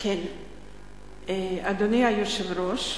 אדוני היושב-ראש,